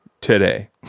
today